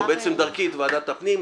או בעצם דרכי את ועדת הפנים.